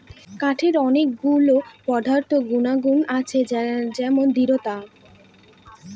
কাঠের অনেক গুলো পদার্থ গুনাগুন আছে যেমন দৃঢ়তা